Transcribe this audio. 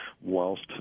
whilst